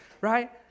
right